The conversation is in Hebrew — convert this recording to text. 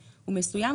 מסוים,